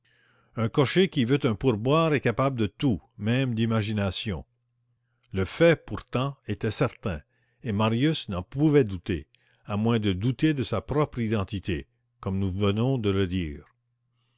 un cocher qui veut un pourboire est capable de tout même d'imagination le fait pourtant était certain et marius n'en pouvait douter à moins de douter de sa propre identité comme nous venons de le dire